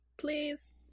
please